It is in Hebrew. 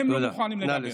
הם לא מוכנים, תודה.